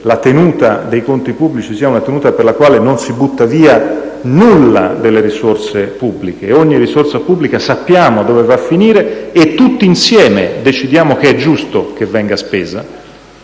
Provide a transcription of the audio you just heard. la tenuta dei conti pubblici sia una tenuta per la quale non si butta via nulla delle risorse pubbliche, per cui ogni risorsa pubblica sappiamo dove va a finire e tutti insieme decidiamo che è giusto che venga spesa.